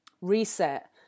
reset